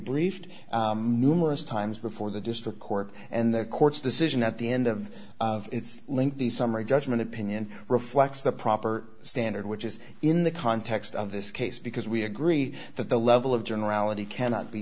briefed numerous times before the district court and the court's decision at the end of its link the summary judgment opinion reflects the proper standard which is in the context of this case because we agree that the level of generality cannot be